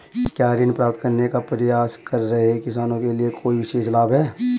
क्या ऋण प्राप्त करने का प्रयास कर रहे किसानों के लिए कोई विशेष लाभ हैं?